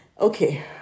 okay